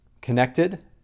Connected